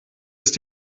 ist